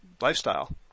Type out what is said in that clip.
lifestyle